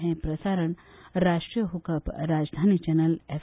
हे प्रसारण राष्ट्रीय hook up राजधानी चॅनल एफ